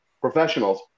professionals